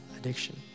addiction